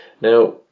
Now